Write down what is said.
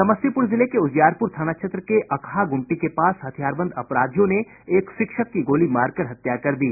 समस्तीपुर जिले के उजियारपुर थाना क्षेत्र के अकहा गुमटी के पास हथियारबंद अपराधियों ने एक शिक्षक की गोली मार कर हत्या कर दी